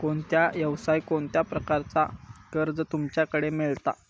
कोणत्या यवसाय कोणत्या प्रकारचा कर्ज तुमच्याकडे मेलता?